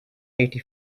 eighty